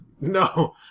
No